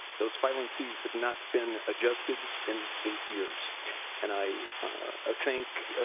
those filing fees have not been adjusted in eight years and i ah thank